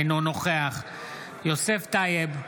אינו נוכח יוסף טייב,